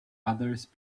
others